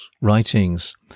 writings